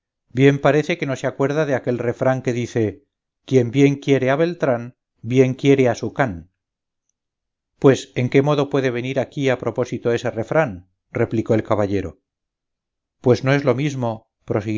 bien parece que no se acuerda de aquel refrán que dice quien bien quiere a beltrán bien quiere a su can pues en qué modo puede venir aquí a propósito ese refrán re plicó el caballero pues no es lo mismo